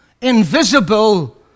invisible